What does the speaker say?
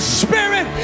spirit